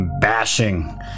bashing